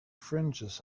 fringes